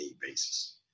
basis